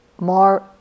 more